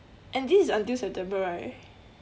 and this is until september right